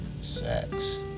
sex